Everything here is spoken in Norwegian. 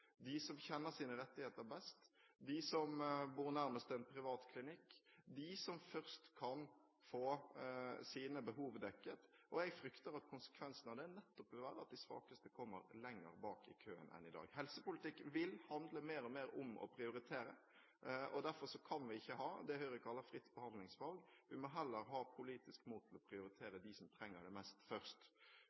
de som kjenner sine rettigheter best, de som bor nærmest en privat klinikk – som først kan få sine behov dekket. Jeg frykter at konsekvensene av det nettopp vil være at de svakeste kommer lenger bak i køen enn i dag. Helsepolitikk vil handle mer og mer om å prioritere, og derfor kan vi ikke ha det Høyre kaller et fritt behandlingsvalg. Vi må heller ha politisk mot til å prioritere dem som trenger det mest, først.